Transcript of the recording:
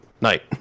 night